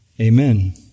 Amen